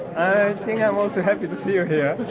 think i'm also happy to see you here.